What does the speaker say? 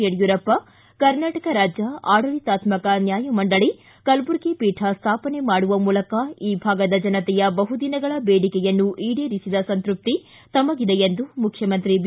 ಯಡಿಯೂರಪ್ಪ ಕರ್ನಾಟಕ ರಾಜ್ಯ ಆಡಳಿತಾತ್ಸಕ ನ್ಯಾಯಮಂಡಳಿ ಕಲಬುರಗಿ ಪೀಠ ಸ್ಥಾಪನೆ ಮಾಡುವ ಮೂಲಕ ಈ ಭಾಗದ ಜನತೆಯ ಬಹುದಿನಗಳ ಬೇಡಿಕೆಯನ್ನು ಈಡೇರಿಸಿದ ಸಂತೃಪ್ತಿ ತಮಗಿದೆ ಎಂದು ಮುಖ್ಯಮಂತ್ರಿ ಬಿ